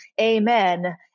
Amen